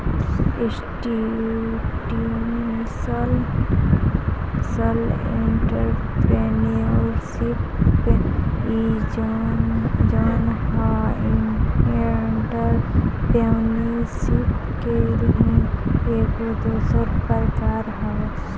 institutional entrepreneurship इ जवन ह एंटरप्रेन्योरशिप के ही एगो दोसर प्रकार हवे